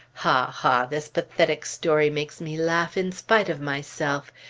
ha! ha! this pathetic story makes me laugh in spite of myself.